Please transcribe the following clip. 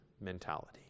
mentality